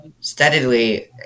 steadily